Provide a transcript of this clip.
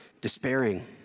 despairing